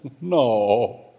No